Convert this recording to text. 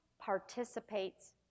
participates